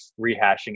rehashing